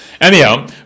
Anyhow